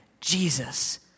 Jesus